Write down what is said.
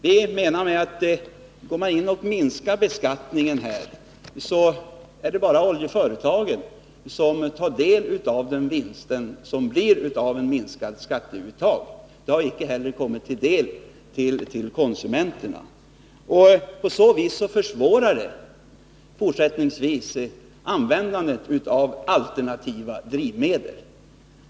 Vi menar att om man går in och minskar beskattningen på det sättet är det bara oljebolagen som tar del av den vinst som uppstår till följd av detta minskade skatteuttag. Den har inte kommit konsumenterna till del. På så vis försvåras fortsättningsvis användandet av alternativa drivmedel.